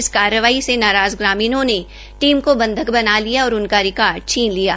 इस कार्रवाई से नाराज़ ग्रामीणों ने टीम को बंधक बना लिया और उनका रिकार्ड छीन लिया